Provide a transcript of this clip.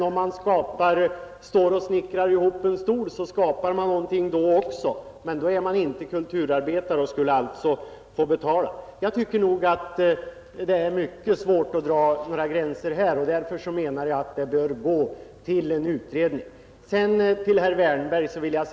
Om man står och snickrar ihop en stol, så skapar man också någonting, men då är man inte kulturarbetare och skulle därför få betala. Jag tycker det är mycket svårt att dra några gränser här, och därför menar jag att denna fråga bör överlämnas till en utredning.